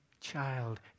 child